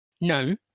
No